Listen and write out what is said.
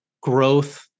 growth